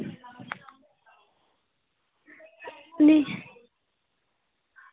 नेईं